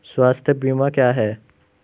स्वास्थ्य बीमा क्या है?